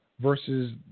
versus